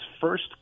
first